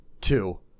two